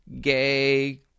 gay